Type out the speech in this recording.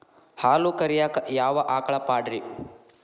ಹಾಲು ಕರಿಯಾಕ ಯಾವ ಆಕಳ ಪಾಡ್ರೇ?